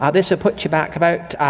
ah this'll put you back about